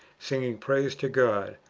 singing praise to god,